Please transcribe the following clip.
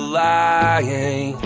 lying